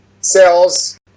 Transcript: sales